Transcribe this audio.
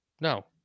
no